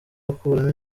gukuramo